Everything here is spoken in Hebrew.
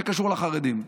שקשור לחרדים.